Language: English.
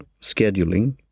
scheduling